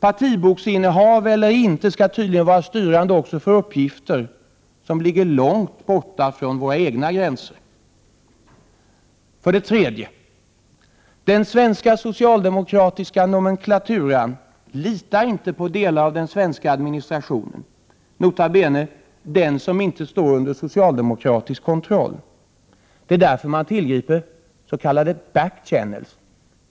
Partiboksinnehav eller inte skall tydligen vara styrande också för uppgifter som ligger långt borta från våra egna gränser. För det tredje: Den svenska socialdemokratiska nomenklaturen litar inte på delar av den svenska administrationen, nota bene den som inte står under socialdemokratisk kontroll. Det är därför man tillgriper s.k. back-channels, dvs.